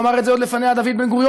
ואמר את זה עוד לפניה דוד בן-גוריון,